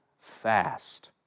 fast